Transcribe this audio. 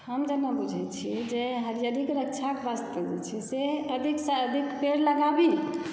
हम जेना बुझै छी जे हरियरीके रक्षाक वास्ते जे छै से अधिकसँ अधिक पेड़ लगाबी